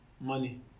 money